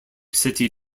city